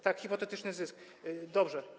Tak, hipotetyczny zysk. Dobrze.